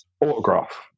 autograph